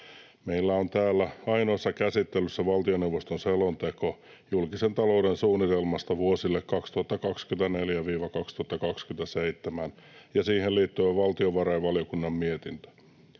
Meillä on täällä ainoassa käsittelyssä valtioneuvoston selonteko julkisen talouden suunnitelmasta vuosille 2024—2027 ja siihen liittyvä valtiovarainvaliokunnan mietintö.